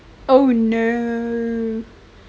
oh no